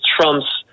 Trump's